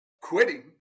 quitting